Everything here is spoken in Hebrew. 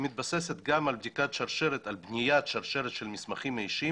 מתבססת גם על בניית שרשרת של מסמכים אישיים,